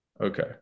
Okay